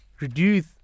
reduce